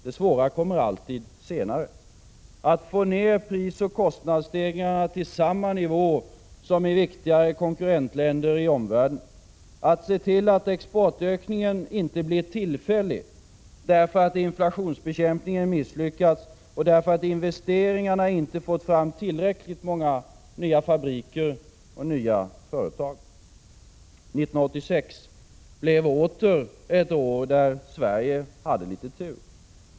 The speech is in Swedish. Det svåra kommer alltid senare — att få ner prisoch kostnadsstegringarna till samma nivå som i viktigare konkurrentländer i omvärlden, att se till att exportökningen inte blir tillfällig, därför att inflationsbekämpningen misslyckats och därför att investeringarna inte fått fram tillräckligt många nya fabriker och företag. 1986 blev åter ett år då Sverige hade litet tur.